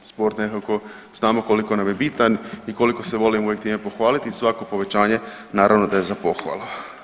Sport nekako znamo koliko nam je bitan i koliko se volimo uvijek time pohvaliti i svako povećanje naravno da je za pohvalu.